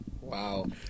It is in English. Wow